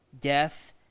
death